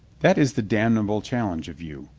that is the damnable challenge of you.